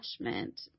attachment